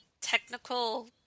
technical